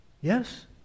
Yes